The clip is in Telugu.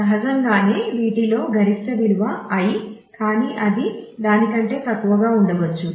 సహజంగానే వీటిలో గరిష్ట విలువ i కానీ అది దాని కంటే తక్కువగా ఉండవచ్చు